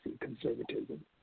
conservatism